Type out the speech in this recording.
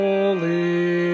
Holy